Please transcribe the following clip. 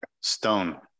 stone